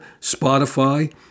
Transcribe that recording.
Spotify